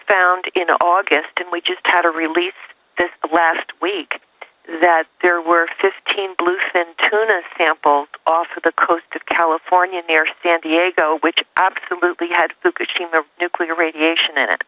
found in august and we just had a release this last week that there were fifteen bluefin tuna sample off the coast of california near san diego which absolutely had the kitching the nuclear radiation i